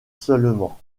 seulement